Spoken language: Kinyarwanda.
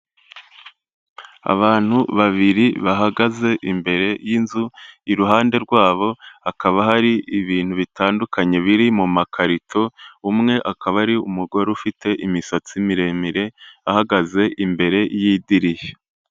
Abantu babiri bahagaze imbere y'inzu, iruhande rwabo hakaba hari ibintu bitandukanye biri mu makarito, umwe akaba ari umugore ufite imisatsi miremire, ahagaze imbere y'idirishya.